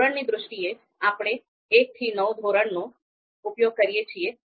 ધોરણની દ્રષ્ટિએ આપણે 1 થી 9 ધોરણનો ઉપયોગ કરીએ છીએ